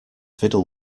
fiddle